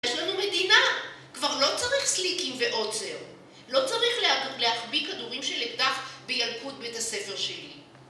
יש לנו מדינה! כבר לא צריך סליקים ועוצר, לא צריך להחביא כדורים של אקדח בילקוט בית הספר שלי.